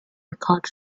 caught